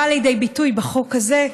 באה לידי ביטוי בחוק הזה,